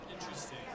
Interesting